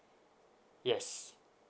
yes